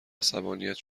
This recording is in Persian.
عصبانیت